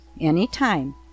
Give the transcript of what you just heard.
anytime